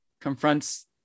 confronts